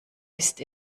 ist